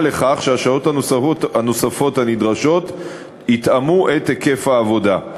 לכך שהשעות הנוספות הנדרשות יתאמו את היקף העבודה.